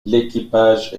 l’équipage